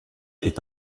est